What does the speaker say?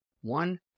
one